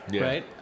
Right